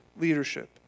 leadership